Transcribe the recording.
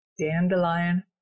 dandelion